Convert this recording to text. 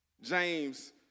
James